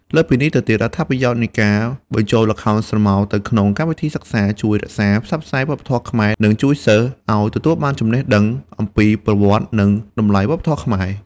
លើសពីនេះទៅទៀត អត្ថប្រយោជន៍នៃការបញ្ចូលល្ខោនស្រមោលទៅក្នុងកម្មវិធីសិក្សាជួយរក្សា ផ្សព្វផ្សាយវប្បធម៌ខ្មែរ និងជួយសិស្សឱ្យទទួលបានចំណេះដឹង អំពីប្រវត្តិ និងតម្លៃវប្បធម៌ខ្មែរ។